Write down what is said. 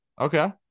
Okay